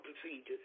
procedures